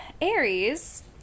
Aries